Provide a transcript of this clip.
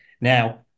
Now